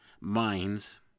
minds